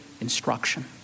instruction